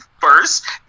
first